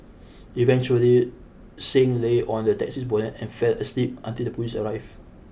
eventually Singh lay on the taxi's bonnet and fell asleep until the police arrived